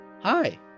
Hi